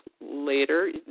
later